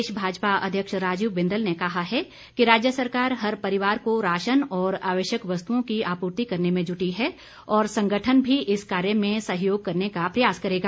प्रदेश भाजपा अध्यक्ष राजीव बिंदल ने कहा कि राज्य सरकार हर परिवार को राशन और आवश्यक वस्तुओं की आपूर्ति करने में जुटी है और संगठन भी इस कार्य में सहयोग करने का प्रयास करेगा